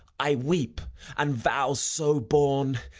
i weep and vows so born,